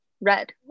Red